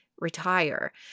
Retire